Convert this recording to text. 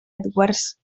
edwards